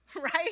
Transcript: right